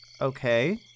Okay